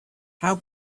how